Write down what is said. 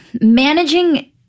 Managing